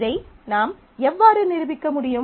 இதை நாம் எவ்வாறு நிரூபிக்க முடியும்